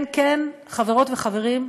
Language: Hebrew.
כן כן, חברות וחברים,